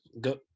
Go